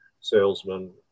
salesman